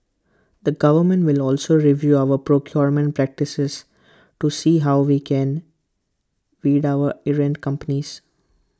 the government will also review our procurement practices to see how we can weed out errant companies